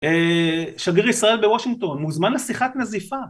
שגריר ישראל בוושינגטון מוזמן לשיחת נזיפה